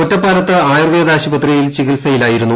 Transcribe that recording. ഒറ്റപ്പാലത്ത് ആയുർവേദ്ദ്യആശുപത്രിയിൽ ചികിത്സയിലിരുന്നു